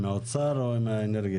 עם האוצר או עם האנרגיה?